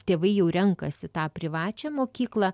tėvai jau renkasi tą privačią mokyklą